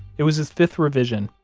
it was his fifth revision,